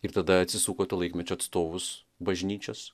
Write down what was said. ir tada atsisuko į to laikmečio atstovus bažnyčios